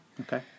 Okay